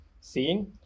seeing